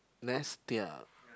Nestia